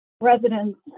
residents